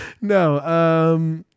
No